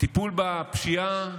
טיפול בפשיעה